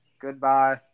Goodbye